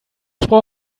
spruch